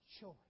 choice